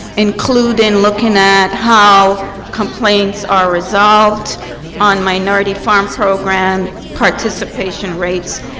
including looking at how complaints are resolved on minority farm programs participation rates,